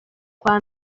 kwa